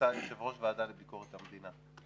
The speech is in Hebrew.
אתה יושב-ראש ועדה לביקורת המדינה,